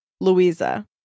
louisa